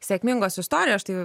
sėkmingos istorijos štai